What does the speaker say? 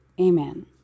Amen